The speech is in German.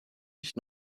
nicht